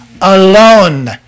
Alone